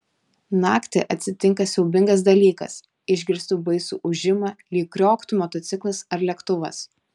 naktį atsitinka siaubingas dalykas išgirstu baisų ūžimą lyg krioktų motociklas ar lėktuvas